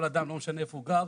כל אדם לא משנה איפה הוא גר,